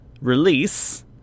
release